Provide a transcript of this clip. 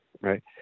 right